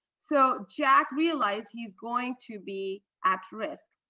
so jack realized he is going to be at risk